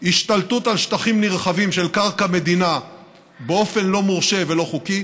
השתלטות על שטחים נרחבים של קרקע מדינה באופן לא מורשה ולא חוקי,